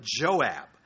Joab